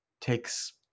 takes